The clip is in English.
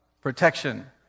protection